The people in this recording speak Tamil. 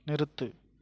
நிறுத்து